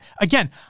again